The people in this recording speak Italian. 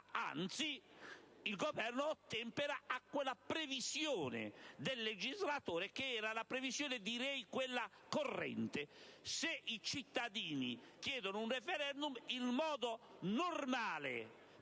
anzi - il Governo ottempera a quella previsione del legislatore, che era la previsione corrente: se i cittadini chiedono un *referendum*, il modo normale